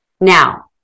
Now